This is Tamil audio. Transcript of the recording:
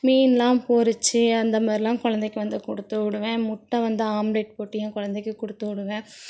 மீனெலாம் பொறிச்சு அந்த மாதிரிலாம் கொழந்தைக்கு வந்து கொடுத்து விடுவேன் முட்டை வந்து ஆம்லேட் போட்டு என் கொழந்தைக்கு கொடுத்து விடுவேன்